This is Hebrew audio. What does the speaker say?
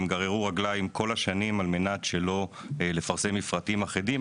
הם גררו רגליים כל השנים על מנת לא לפרסם מפרטים אחידים,